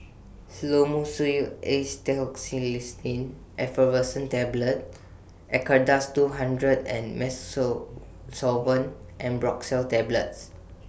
Fluimucil Acetylcysteine Effervescent Tablets Acardust two hundred and Musosolvan Ambroxol Tablets